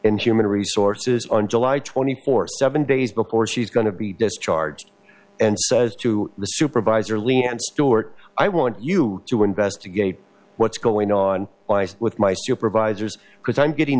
in human resources on july twenty fourth seven days before she's going to be discharged and says to the supervisor leanne stuart i want you to investigate what's going on with my supervisors because i'm getting